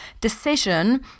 decision